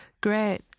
great